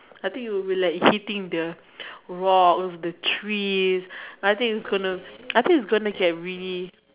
I think it would be like hitting the rock of the trees I think it's gonna I think it's gonna get really